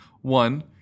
one